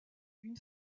une